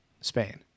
Spain